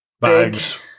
bags